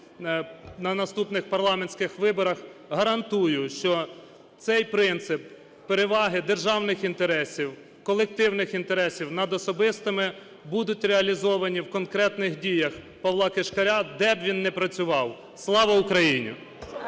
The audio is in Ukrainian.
на наступних парламентських виборах, гарантую, що цей принцип переваги державних інтересів, колективних інтересів над особистими будуть реалізовані в конкретних діях Павла Кишкаря, де б він не працював. Слава Україні!